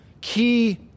key